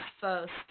first